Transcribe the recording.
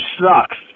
sucks